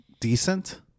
decent